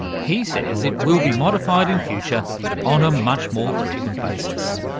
he says it will be modified in future on a much more frequent basis.